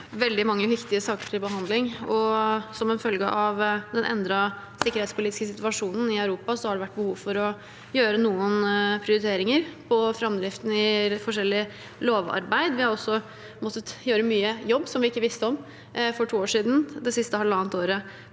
veldig mange viktige saker til behandling, og som følge av den endrede sikkerhetspolitiske situasjonen i Europa har det vært behov for å gjøre noen prioriteringer i framdriften i forskjellig lovarbeid. Vi har også måttet gjøre mye jobb det siste halvannet året